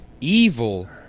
evil